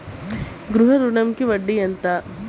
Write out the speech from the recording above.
గృహ ఋణంకి వడ్డీ ఎంత?